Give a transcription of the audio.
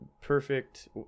perfect